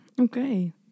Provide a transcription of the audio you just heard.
Okay